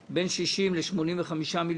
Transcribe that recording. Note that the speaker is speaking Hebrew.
אמרתי שהסכום הוא בין 60 ל-85 מיליון,